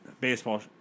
baseball